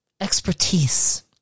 Expertise